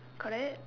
correct